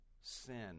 sin